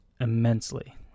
immensely